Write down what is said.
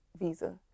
visa